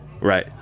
Right